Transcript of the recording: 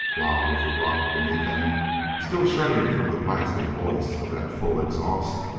while, with the rock beneath them still shuddering from the blasting voice of that full exhaust,